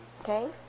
Okay